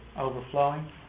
overflowing